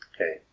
Okay